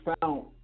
found